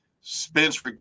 Spence